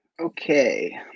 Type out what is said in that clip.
okay